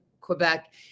Quebec